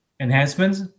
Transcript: enhancements